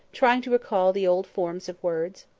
trying to recall the old forms of words.